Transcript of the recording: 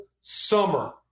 summer